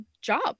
job